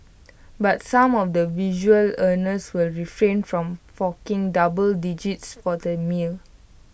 but some of the visual earners will refrain from forking double digits for the meal